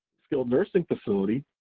skilled nursing facility,